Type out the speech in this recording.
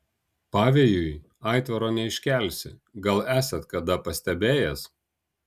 pavėjui aitvaro neiškelsi gal esat kada pastebėjęs